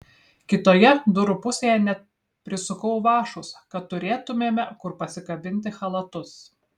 kitoje durų pusėje net prisukau vąšus kad turėtumėme kur pasikabinti chalatus